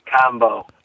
Combo